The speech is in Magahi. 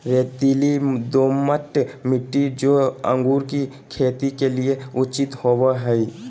रेतीली, दोमट मिट्टी, जो अंगूर की खेती के लिए उचित होवो हइ